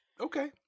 okay